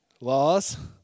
laws